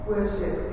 Worship